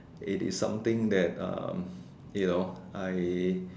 it is something that um you know I